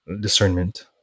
discernment